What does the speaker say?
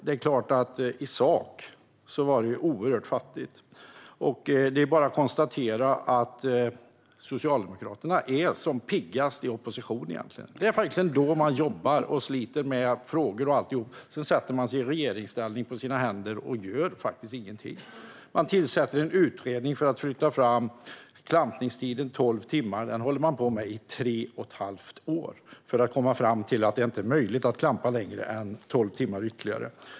Men i sak var det oerhört fattigt. Det är bara att konstatera att Socialdemokraterna egentligen är som piggast i opposition. Det är då man jobbar och sliter. Sedan sätter man sig på sina händer i regeringsställning och gör ingenting. Man tillsätter en utredning för att flytta fram klampningstiden med tolv timmar, och den utredningen håller man på med i tre och ett halvt år, för att komma fram till att det inte är möjligt att klampa längre än ytterligare tolv timmar.